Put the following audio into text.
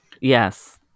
Yes